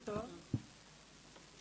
אני בן 31,